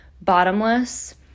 bottomless